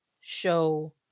show